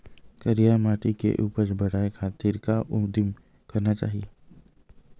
करिया माटी के उपज बढ़ाये खातिर का उदिम करना चाही?